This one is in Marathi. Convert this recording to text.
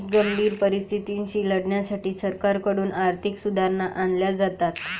गंभीर परिस्थितीशी लढण्यासाठी सरकारकडून आर्थिक सुधारणा आणल्या जातात